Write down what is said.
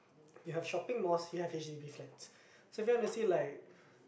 you have shopping malls you have H_D_B flats so if you want to see like